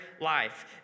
life